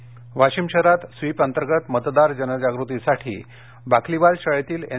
मतदान जागती वाशिम शहरात स्विप अंतर्गत मतदार जनजागृतीसाठी बाकलीवाल शाळेतील एन